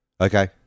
Okay